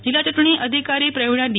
જિલ્લા યૂંટણી ધિકારી પ્રવિણા ડી